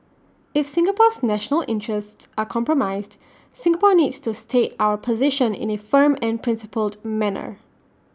if Singapore's national interests are compromised Singapore needs to state our position in A firm and principled manner